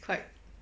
it's quite